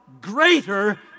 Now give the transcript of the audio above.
greater